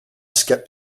skip